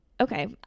Okay